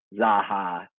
Zaha